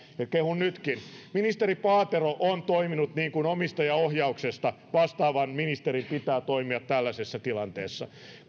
ja kehun nytkin ministeri paatero on toiminut niin kuin omistajaohjauksesta vastaavan ministerin pitää toimia tällaisessa tilanteessa